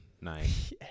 nice